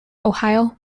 ohio